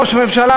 ראש הממשלה,